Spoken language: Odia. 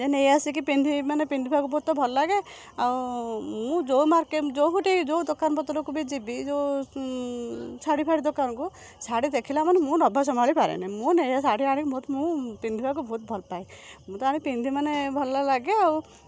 ନେଇ ଆସିକି ପିନ୍ଧି ମାନେ ପିନ୍ଧିବାକୁ ବହୁତ ତ ଭଲଲାଗେ ଆଉ ମୁଁ ଯୋଉ ମାର୍କେଟ୍ ଯୋଉଠିକି ଯୋଉ ଦୋକାନପତ୍ର କୁ ବି ଯିବି ଯୋଉ ଶାଢ଼ୀଫାଢ଼ୀ ଦୋକାନକୁ ଶାଢ଼ୀ ଦେଖିଲା ମାନେ ମୁଁ ଲୋଭ ସମ୍ଭାଳି ପାରେନି ମୁଁ ନେଇ ଶାଢ଼ୀ ଆଣି ବହୁତ ମୁଁ ପିନ୍ଧିବାକୁ ବହୁତ ଭଲପାଏ ମୁଁ ତ ଆଣି ପିନ୍ଧେ ମାନେ ଭଲଲାଗେ ଆଉ